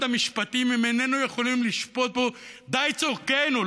המשפטים אם איננו יכולים לשפוט בו די צורכנו?